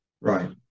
right